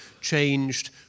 changed